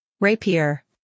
Rapier